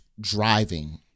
driving